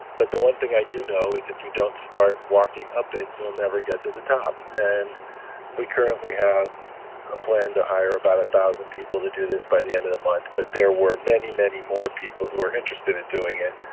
but the one thing i do know is if you don't start walking up it, you'll never get to the top. and we currently have a plan to hire about a thousand people to do this by the end of the month. but there were many, many more people who are interested in doing it.